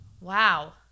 Wow